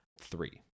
Three